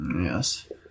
Yes